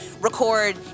record